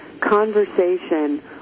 conversation